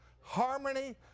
Harmony